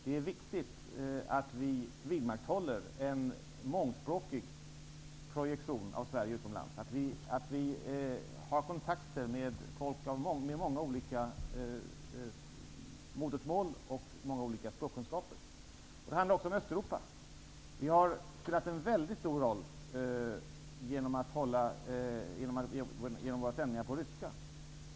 Det är viktigt att vi vidmakthåller en mångspråkig projektion av Sverige utomlands, och att vi har kontakter med folk med många olika modersmål och många olika språkkunskaper. Det handlar också om Östeuropa. Vi har spelat en väldigt stor roll genom våra sändningar på ryska.